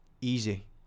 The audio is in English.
easy